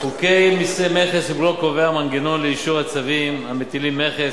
חוק מסי מכס ובלו קובע מנגנון לאישור הצווים המטילים מכס,